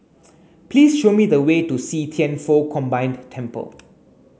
please show me the way to see Thian Foh Combined Temple